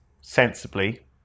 sensibly